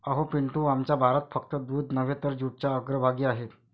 अहो पिंटू, आमचा भारत फक्त दूध नव्हे तर जूटच्या अग्रभागी आहे